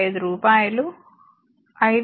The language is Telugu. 5 రూపాయలు 500 2